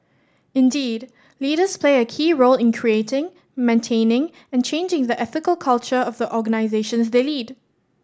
indeed leaders play a key role in creating maintaining and changing the ethical culture of the organisations they lead